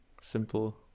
simple